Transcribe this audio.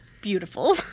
Beautiful